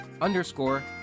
underscore